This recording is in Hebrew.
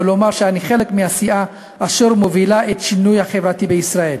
ולומר שאני חלק מהסיעה אשר מובילה את השינוי החברתי בישראל.